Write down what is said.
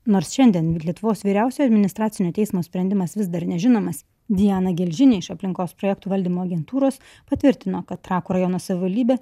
nors šiandien lietuvos vyriausiojo administracinio teismo sprendimas vis dar nežinomas diana gelžinė iš aplinkos projektų valdymo agentūros patvirtino kad trakų rajono savivaldybė